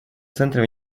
центре